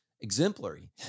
exemplary